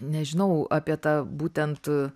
nežinau apie tą būtent